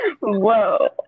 Whoa